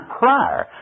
prior